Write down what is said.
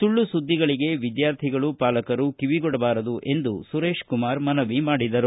ಸುಳ್ಳು ಸುದ್ದಿಗಳಿಗೆ ವಿದ್ಯಾರ್ಥಿಗಳು ಪಾಲಕರು ಕಿವಿಗೊಡಬಾರದು ಎಂದು ಸುರೇಶಕುಮಾರ ಹೇಳಿದರು